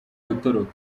gutoroka